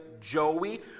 Joey